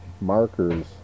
markers